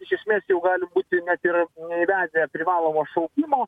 iš esmės jau gali būti net ir neįvedę privalomo šaukimo